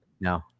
No